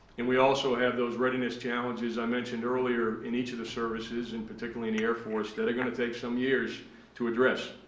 and, we also have those readiness challenges i mentioned earlier in each of the services, in particular in the air force that they're gonna take some years to address.